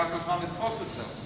לקח לנו זמן לתפוס את זה.